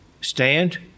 stand